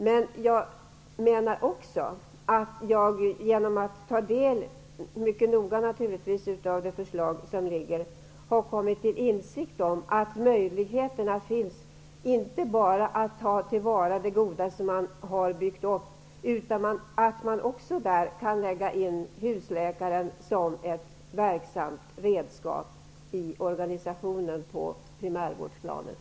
Men jag har, genom att naturligtvis mycket noga ta del av det förslag om ligger, kommit till insikt om att möjligheterna finns att inte bara ta till vara det goda som har byggts upp utan också att lägga in husläkaren som ett verksamt redskap i organisationen på primärvårdsplanet.